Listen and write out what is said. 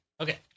okay